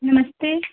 नमस्ते